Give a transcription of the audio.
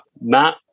Matt